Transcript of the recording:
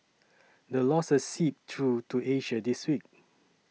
the losses seeped through to Asia this week